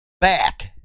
back